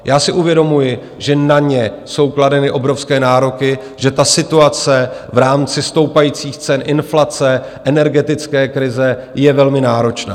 Já si uvědomuji, že na ně jsou kladeny obrovské nároky, že ta situace v rámci stoupajících cen, inflace, energetické krize je velmi náročná.